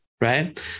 right